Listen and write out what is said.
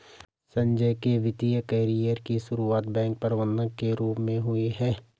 संजय के वित्तिय कैरियर की सुरुआत बैंक प्रबंधक के रूप में हुई